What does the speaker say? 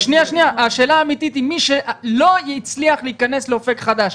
השאלה האמיתית היא לגבי מי שלא הצליח להיכנס לאופק חדש.